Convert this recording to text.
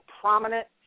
prominent